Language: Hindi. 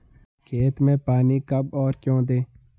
खेत में पानी कब और क्यों दें?